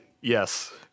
Yes